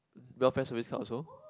welfare Service Club also